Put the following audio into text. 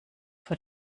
vor